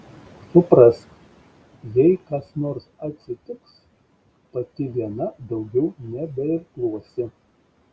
suprask jei kas nors atsitiks pati viena daugiau nebeirkluosi